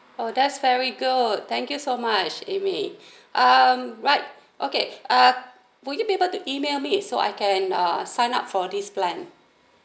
oh that's very good thank you so much amy mm right okay uh would you able to email me so I can uh sign up for this plan